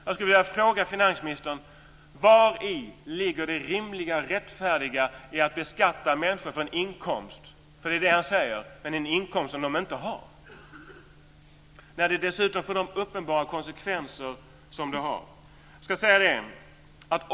Jag skulle vilja fråga finansministern vari det rimliga och rättfärdiga ligger i att beskatta människor för en inkomst - för det är det han säger - men en inkomst som de inte har. Dessutom får detta de uppenbara konsekvenser som det får.